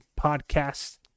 Podcast